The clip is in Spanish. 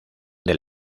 del